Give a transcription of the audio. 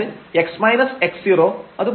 അതായത് x x0